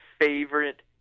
favorite